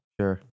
Sure